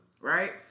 right